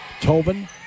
Tobin